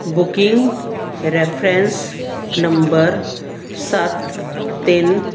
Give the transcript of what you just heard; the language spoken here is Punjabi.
ਬੁਕਿੰਗ ਰੈਫਰੈਂਸ ਨੰਬਰ ਸੱਤ ਤਿੰਨ